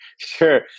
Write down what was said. sure